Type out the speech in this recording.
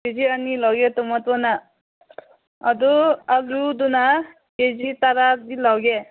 ꯀꯦ ꯖꯤ ꯑꯅꯤ ꯂꯧꯒꯦ ꯇꯣꯃꯦꯇꯣꯅ ꯑꯗꯨ ꯑꯥꯂꯨꯗꯨꯅ ꯀꯦ ꯖꯤ ꯇꯔꯥꯗꯤ ꯂꯧꯒꯦ